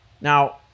Now